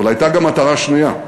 אבל הייתה גם מטרה שנייה,